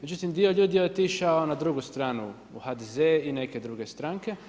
Međutim, dio ljudi je otišao na drugu stranu u HDZ i neke druge stranke.